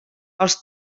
els